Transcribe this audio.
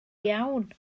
iawn